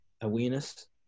awareness